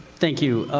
thank you.